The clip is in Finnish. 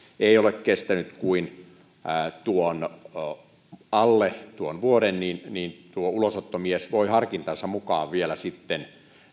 ei ole kestänyt kuin alle tuon vuoden niin niin ulosottomies voi harkintansa mukana vielä sitten